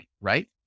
right